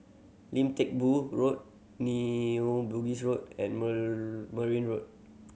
Lim Teck Boo Road New Bugis Road and Merryn Road